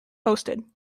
hosted